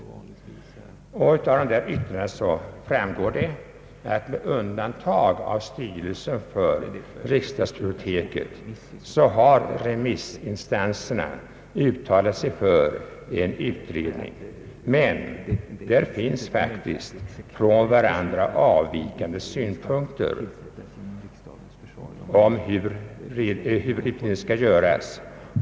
Av dessa yttranden framgår att remissinstanserna, med undantag av styrelsen för riksdagsbiblioteket, har uttalat sig för en utredning. Men det finns faktiskt från varandra avvikande synpunkter på hur utredningen skall göras.